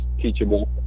teachable